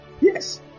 Yes